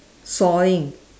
sawing